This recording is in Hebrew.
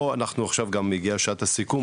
מגיעה גם את שעת הסיכום,